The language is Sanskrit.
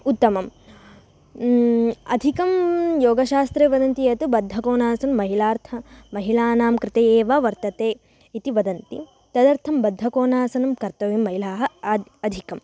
उत्तमं अधिकं योगशास्त्रे वदन्ति यत् बद्धकोनासनं महिलार्थं महिलानां कृते एव वर्तते इति वदन्ति तदर्थं बद्धकोनासनं कर्तव्यं महिलाः आद् अधिकं